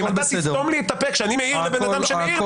אם אתה תסתום לי את הפה כשאני מעיר לבן אדם שמעיר לך,